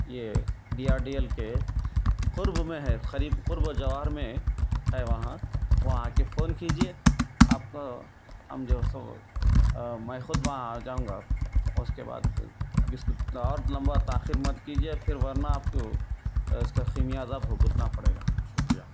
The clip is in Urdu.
یہ ڈی آر ڈی ایل کے قرب میں ہے قریب قرب و جوار میں ہے وہاں وہاں آ کے فون کیجیے آپ ہم جو سو میں خود وہاں آ جاؤں گا اس کے بعد اب اس اور لمبا تاخیر مت کیجیے پھر ورنہ آپ اس کا خمیازہ بھگتنا پڑے گا شکریہ